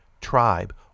tribe